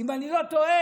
אם אני לא טועה,